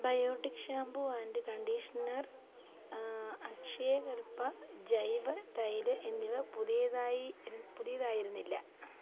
biotic shampoo and conditioner Akshayakalpa ജൈവ തൈര് എന്നിവ പുതിയതായിരു പുതിയതായിരുന്നില്ല